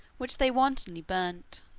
which they wantonly burnt.